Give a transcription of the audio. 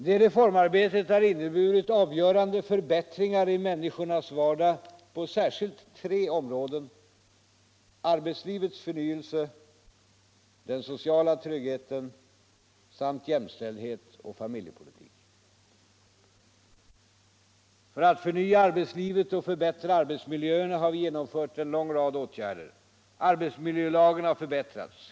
Det reformarbetet har inneburit avgörande förbättringar i människornas vardag på särskilt tre områden: arbetslivets förnyelse, den sociala tryggheten samt jämställdhet och familjepolitik. För att förnya arbetslivet och förbättra arbetsmiljöerna har vi genomfört en lång rad åtgärder. Arbetsmiljölagen har förbättrats.